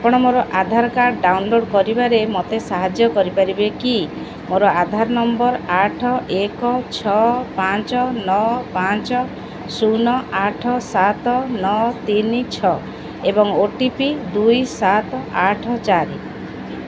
ଆପଣ ମୋର Aadhaar card download କରିବାରେ ମୋତେ ସାହାଯ୍ୟ କରିପାରିବେ କି ମୋର ଆଧାର ନମ୍ବର୍ ଆଠ ଏକ ଛଅ ପାଞ୍ଚ ନଅ ପାଞ୍ଚ ଶୂନ ଆଠ ସାତ ନଅ ତିନି ଛଅ ଏବଂ ଓ ଟି ପି ଦୁଇ ସାତ ଆଠ ଚାରି